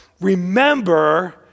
remember